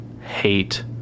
hate